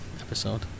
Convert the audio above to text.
episode